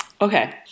Okay